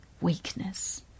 Weakness